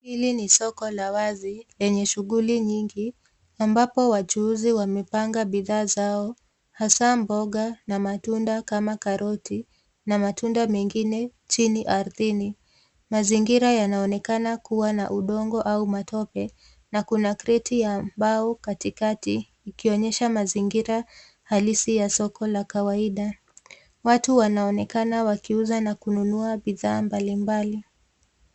Hili ni soko la wazi lenye shughuli nyingi ambapo wachuuzi wamepanga bidhaa zao hasa mboga na matunda kama karoti na matunda mengine chini ardhini. Mazingira yanaonekana kuwa na udongo au matope na kuna kreti ya mbao katikati ikionyesha mazingira halisi ya soko la kawaida. Watu wanaonekana wakiuza na kununua bidhaa mbalimbali.